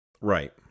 Right